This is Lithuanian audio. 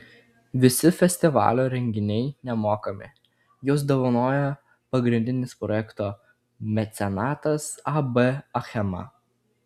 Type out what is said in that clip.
visi festivalio renginiai nemokami juos dovanoja pagrindinis projekto mecenatas ab achema